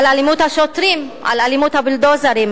על אלימות השוטרים, על אלימות הבולדוזרים.